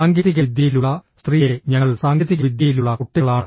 സാങ്കേതികവിദ്യയിലുള്ള സ്ത്രീയേ ഞങ്ങൾ സാങ്കേതികവിദ്യയിലുള്ള കുട്ടികളാണ്